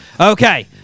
Okay